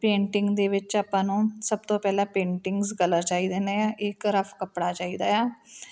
painting ਦੇ ਵਿੱਚ ਆਪਾਂ ਨੂੰ ਸਭ ਤੋਂ ਪਹਿਲਾਂ ਪੇਂਟਿੰਗਜ਼ ਕਲਰ ਚਾਹੀਦੇ ਨੇ ਇੱਕ ਰਫ ਕੱਪੜਾ ਚਾਹੀਦਾ ਏ ਆ